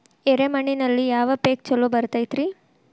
ಎರೆ ಮಣ್ಣಿನಲ್ಲಿ ಯಾವ ಪೇಕ್ ಛಲೋ ಬರತೈತ್ರಿ?